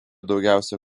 daugiausia